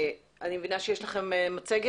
אני מבינה שיש לכם מצגת.